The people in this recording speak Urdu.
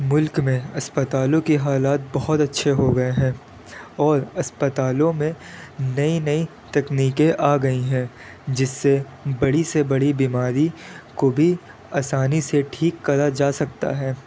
ملک میں اسپتالوں کی حالات بہت اچھے ہو گئے ہیں اور اسپتالوں میں نئی نئی تکنیکیں آ گئی ہیں جس سے بڑی سے بڑی بیماری کو بھی آسانی سے ٹھیک کرا جا سکتا ہے